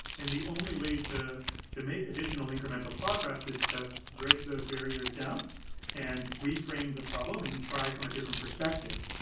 and the only way to to make additional incremental progress is to break those barriers down and reframe the problem and try from a different perspective.